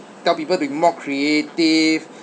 tell people to be more creative